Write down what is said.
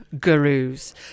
Gurus